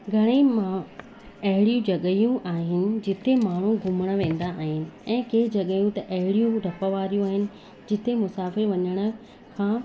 घणेई मां अहिड़ियूं जॻहियूं आहिनि जिते माण्हू घुमण वेंदा आहिनि ऐं कंहिं जॻहियूं त अहिड़ियूं बि ॾप वारियूं आहिनि जिते मुसाफ़िरु वञण खां